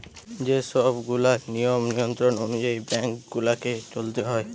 যে সব গুলা নিয়ম নিয়ন্ত্রণ অনুযায়ী বেঙ্ক গুলাকে চলতে হয়